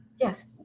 Yes